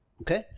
Okay